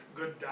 good